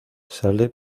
sale